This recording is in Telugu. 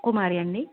కుమారి అండి